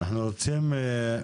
אנחנו רוצים,